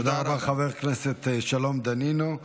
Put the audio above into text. תודה רבה, חבר הכנסת שלום דנינו.